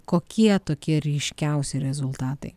kokie tokie ryškiausi rezultatai